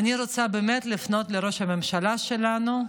אני רוצה באמת לפנות לראש הממשלה שלנו,